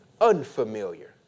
unfamiliar